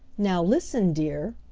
now listen, dear.